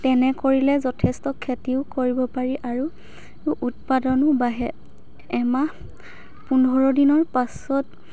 তেনে কৰিলে যথেষ্ট খেতিও কৰিব পাৰি আৰু উৎপাদনো বাঢ়ে এমাহ পোন্ধৰ দিনৰ পাছত